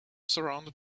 surrounded